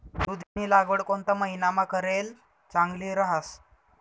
दुधीनी लागवड कोणता महिनामा करेल चांगली रहास